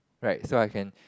right so I can